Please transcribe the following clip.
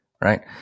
right